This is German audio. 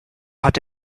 hat